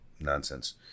Nonsense